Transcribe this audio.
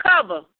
Cover